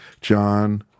John